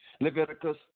Leviticus